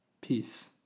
peace